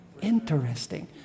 interesting